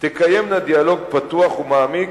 תקיימנה דיאלוג פתוח ומעמיק,